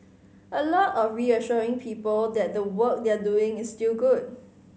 a lot of reassuring people that the work they're doing is still good